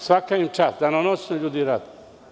Svaka im čast, danonoćno ljudi rade.